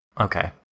Okay